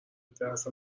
دست